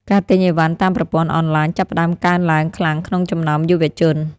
ការទិញឥវ៉ាន់តាមប្រព័ន្ធអនឡាញ ចាប់ផ្ដើមកើនឡើងខ្លាំងក្នុងចំណោមយុវជន។